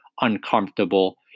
uncomfortable